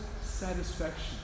satisfaction